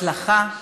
הצלחה,